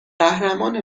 قهرمان